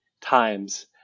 times